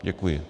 Děkuji.